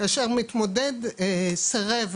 כאשר מתמודד סירב